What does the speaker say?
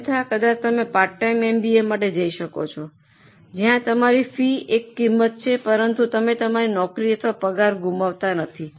અન્યથા કદાચ તમે પાર્ટ ટાઇમ એમબીએ માટે જઇ શકો છો જ્યાં તમારી ફી એક કિંમત છે પરંતુ તમે તમારી નોકરી અથવા પગાર ગુમાવતા નથી